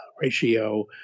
ratio